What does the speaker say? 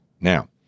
Now